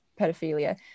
pedophilia